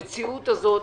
במציאות הזאת,